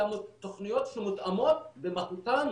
אלא תוכניות שמותאמות במהותן